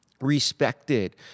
respected